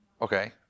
Okay